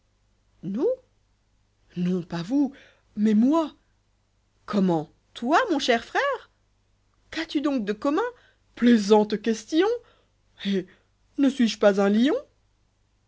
mais moi comment toi mon cher fil qu'as-tu donc de commun plaisante question ehl ne suis-je pas un lion